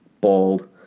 bald